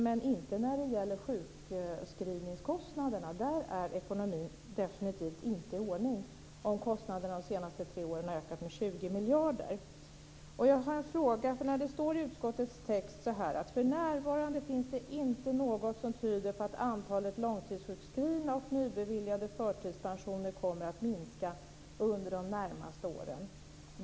Men när det gäller sjukskrivningskostnaderna är ekonomin definitivt inte i ordning. Kostnaderna har de tre senaste åren ökat med 20 Det står i utskottets text så här: För närvarande finns det inte något som tyder på att antalet långtidssjukskrivna och nybeviljade förtidspensioner kommer att minska under de närmaste åren.